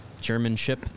chairmanship